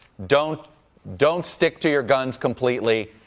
don't don't stick to your guns completely,